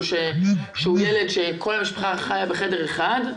בהם כל המשפחה גרה בחדר אחד,